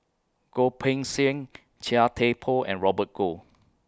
Goh Poh Seng Chia Thye Poh and Robert Goh